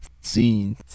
seen